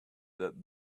that